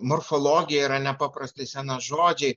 morfologija yra nepaprastai sena žodžiai